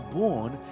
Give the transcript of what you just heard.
born